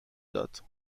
داد